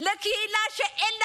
לגמרי.